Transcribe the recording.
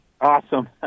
awesome